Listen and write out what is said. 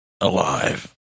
alive